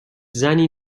زنی